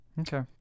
okay